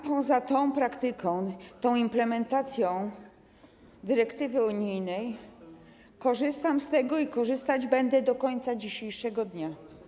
Poza tą praktyką, tą implementacją dyrektywy unijnej korzystam z tego i korzystać będę do końca dzisiejszego dnia.